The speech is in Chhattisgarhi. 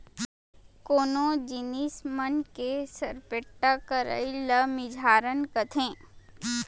कोनो जिनिस मन के सरपेट्टा करई ल मिझारन कथें